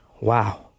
wow